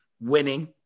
winning